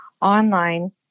online